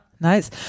nice